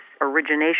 origination